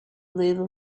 little